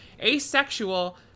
asexual